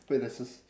wait there's a s~